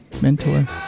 mentor